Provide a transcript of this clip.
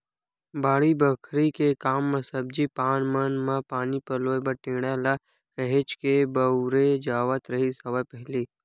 बाड़ी बखरी के काम म सब्जी पान मन म पानी पलोय बर टेंड़ा ल काहेच के बउरे जावत रिहिस हवय पहिली